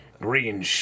green